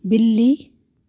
बिल्ली